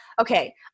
Okay